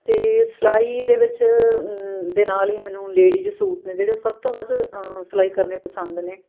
ਅਤੇ ਸਿਲਾਈ ਦੇ ਵਿੱਚ ਦੇ ਨਾਲ ਹੀ ਮੈਨੂੰ ਲੇਡੀਜ ਸੂਟ ਨੇ ਜਿਹੜੇ ਉਹ ਸਭ ਤੋਂ ਵੱਧ ਸਿਲਾਈ ਕਰਨੇ ਪਸੰਦ ਨੇ